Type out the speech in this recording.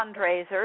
fundraisers